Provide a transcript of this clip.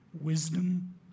Wisdom